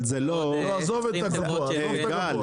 לא עזוב את הגבוה, עזוב את הגבוה.